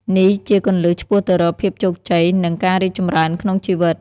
នេះជាគន្លឹះឆ្ពោះទៅរកភាពជោគជ័យ និងការរីកចម្រើនក្នុងជីវិត។